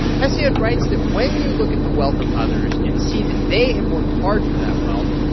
hesiod writes that when you look at the wealth of others and see that they have worked hard for that wealth,